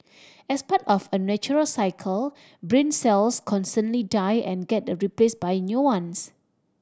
as part of a natural cycle brain cells constantly die and get the replaced by new ones